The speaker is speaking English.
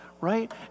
Right